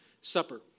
Supper